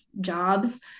jobs